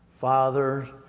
father